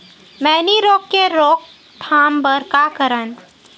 मैनी रोग के रोक थाम बर का करन?